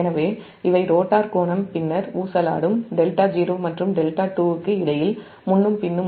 எனவே இவை ரோட்டார் கோணம் பின்னர் ஊசலாடும்δ0 மற்றும் δ2 க்கு இடையில் முன்னும் பின்னுமாக